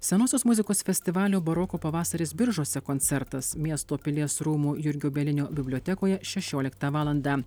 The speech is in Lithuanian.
senosios muzikos festivalio baroko pavasaris biržuose koncertas miesto pilies rūmų jurgio bielinio bibliotekoje šešioliktą valandą